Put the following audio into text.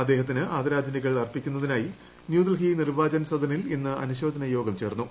അദ്ദേഹത്തിന് ആദരാജ്ഞലികൾ അർപ്പിക്കുന്നതിനായി ന്യൂഡൽഹി നിർവാചൻ സദനിൽ ഇന്ന് അനുശോചന യോഗം ചേർന്നു